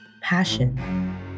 Passion